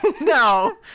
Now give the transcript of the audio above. No